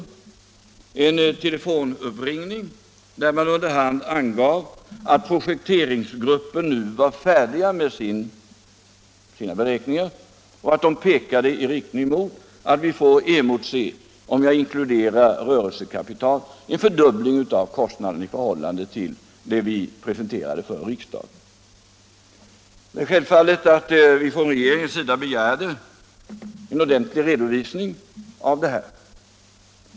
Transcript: Det var vid en telefonuppringning, där jag under hand fick veta att projekteringsgruppen nu var färdig med sina beräkningar och att dessa pekade i riktning mot att vi har att emotse — om jag inkluderar rörelsekapital — en fördubbling av kostnaderna i förhållande till de kostnader vi presenterade för riksdagen. Det är självklart att regeringen begärde en ordentlig redovisning av dessa uppgifter.